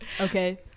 okay